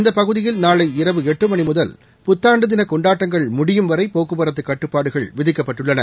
இந்த பகுதியில் நாளை இரவு எட்டு மணி முதல் புத்தாண்டு தின கொண்டாட்டங்கள் முடியும் வரை போக்குவரத்து கட்டுப்பாடுகள் விதிக்கப்பட்டுள்ளன